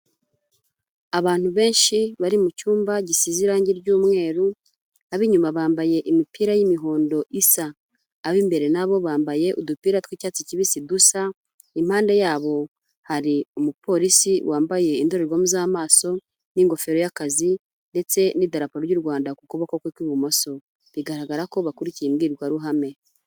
Abantu benshi bari mu cyumba gisize irangi ry'umweru, ab'inyuma bambaye imipira y'imihondo isa, ab'imbere na bo bambaye udupira tw'icyatsi kibisi dusa, impande yabo hari umupolisi wambaye indorerwamo z'amaso n'ingofero y'akazi ndetse n'idarapo ry'u Rwanda ku kuboko kwe ku ibumoso, bigaragara ko bakurikiye imbwirwaruhame.